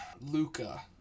Luca